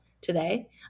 today